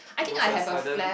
it was a sudden